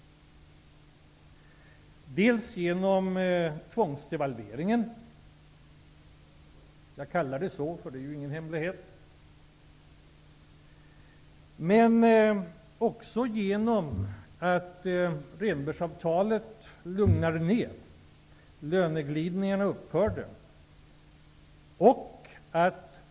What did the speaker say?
Det beror också på tvångsdevalveringen. Jag kallar det s,å eftersom det inte är någon hemlighet att det var så. Men det beror också på att Rhenbergavtalet lugnade ner situationen och att löneglidningarna upphörde.